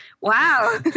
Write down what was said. Wow